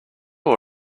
all